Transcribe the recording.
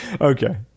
okay